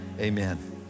amen